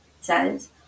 says